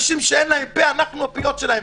אלו אנשים שאין להם פה, אנחנו הפיות שלהם.